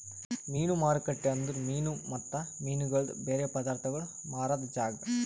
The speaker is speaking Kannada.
ಮೀನು ಮಾರುಕಟ್ಟೆ ಅಂದುರ್ ಮೀನು ಮತ್ತ ಮೀನಗೊಳ್ದು ಬೇರೆ ಪದಾರ್ಥಗೋಳ್ ಮಾರಾದ್ ಜಾಗ